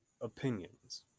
opinions